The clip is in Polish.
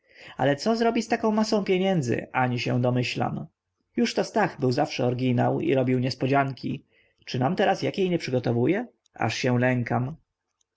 ale co zrobi z taką masą pieniędzy ani się domyślam jużto stach był zawsze oryginał i robił niespodzianki czy nam teraz jakiej nie przygotowuje aż się lękam